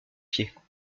pieds